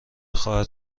خواهد